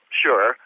sure